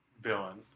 villain